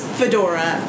fedora